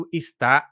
está